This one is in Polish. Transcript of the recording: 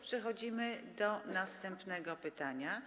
Przechodzimy do następnego pytania.